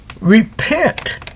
repent